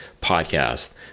podcast